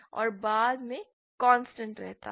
और बाद में कॉन्स्टेंट रहता है